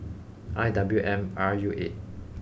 I W M R U eight